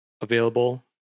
available